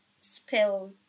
spelled